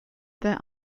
their